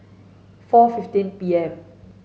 four fifteen P M